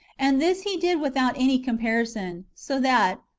and this he did without any comparison, so that,